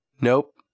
Nope